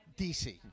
dc